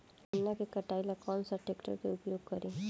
गन्ना के कटाई ला कौन सा ट्रैकटर के उपयोग करी?